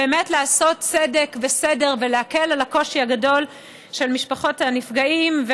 באמת לעשות צדק וסדר ולהקל את הקושי הגדול של משפחות הנפגעים.